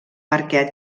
perquè